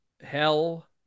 hell